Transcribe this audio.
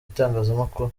itangazamakuru